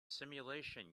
simulation